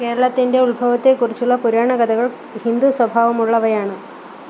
കേരളത്തിന്റെ ഉത്ഭവത്തെക്കുറിച്ചുള്ള പുരാണകഥകൾ ഹിന്ദു സ്വഭാവമുള്ളവയാണ്